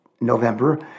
November